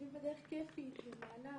לומדים בדרך כייפית ומהנה,